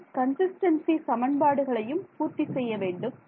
இவை கன்சிஸ்டன்ஸி சமன்பாடுகளையும் பூர்த்தி செய்ய வேண்டும்